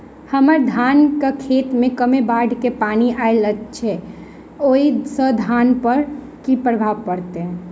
हम्मर धानक खेत मे कमे बाढ़ केँ पानि आइल अछि, ओय सँ धान पर की प्रभाव पड़तै?